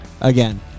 again